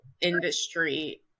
industry